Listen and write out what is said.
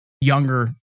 younger